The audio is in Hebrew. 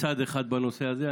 צד אחד בנושא הזה.